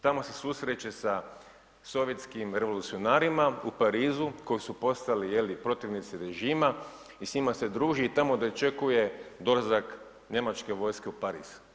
Tamo se susreće sa sovjetskim revolucionarima u Parizu koji su postali, je li, protivnici režima i s njima se druži i tamo dočekuje dolazak njemačke vojske u Pariz.